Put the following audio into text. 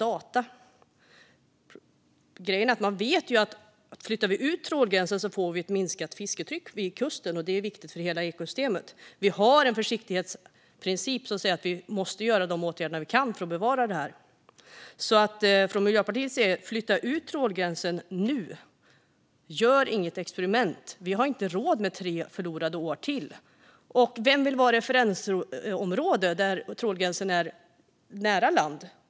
Men grejen är att om vi flyttar ut trålgränsen vet vi att vi får ett minskat fisketryck vid kusten, och det är viktigt för hela ekosystemet. Vi har en försiktighetsprincip som säger att vi måste vidta de åtgärder vi kan för att bevara det här. Vi i Miljöpartiet säger: Flytta ut trålgränsen nu! Gör inget experiment! Vi har inte råd med tre förlorade år till. Och vem vill vara referensområde där trålgränsen är nära land?